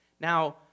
Now